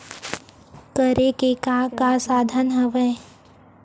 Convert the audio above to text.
करे के का का साधन हवय?